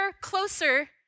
closer